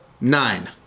nine